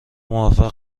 موفق